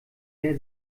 wer